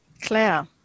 Claire